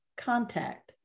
contact